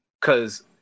Cause